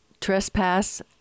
trespass